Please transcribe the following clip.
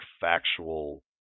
factual